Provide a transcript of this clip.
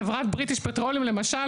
חברת "בריטיש פטריוליום" למשל,